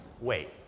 wait